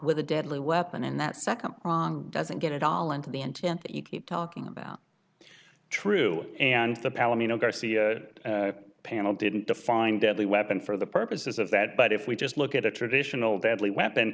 with a deadly weapon and that second wrong doesn't get it all into the intent that you keep talking about true and the palomino garcia panel didn't define deadly weapon for the purposes of that but if we just look at a traditional deadly weapon